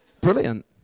brilliant